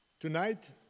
Tonight